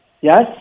Yes